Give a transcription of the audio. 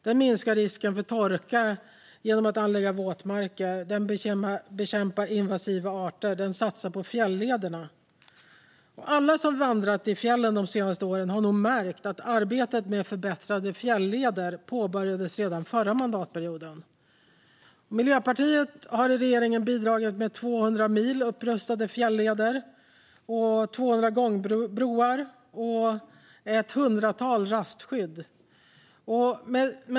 Den minskar risken för torka genom att våtmarker anläggs, den bekämpar invasiva arter och den satsar på fjälllederna. Alla som vandrat i fjällen de senaste åren har nog märkt att arbetet med förbättrade fjälleder påbörjades redan förra mandatperioden. Miljöpartiet har i regeringen bidragit med 200 mil upprustade fjälleder, 200 gångbroar och ett hundratal rastskydd.